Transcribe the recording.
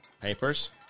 Papers